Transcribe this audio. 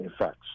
effects